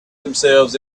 themselves